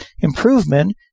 improvement